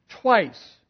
Twice